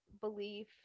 belief